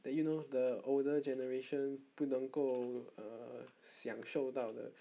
that you know the older generation 不能够 err 享受到的